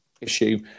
issue